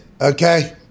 Okay